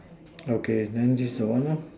okay then this is the one lah